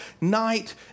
night